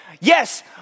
yes